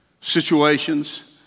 situations